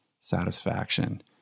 satisfaction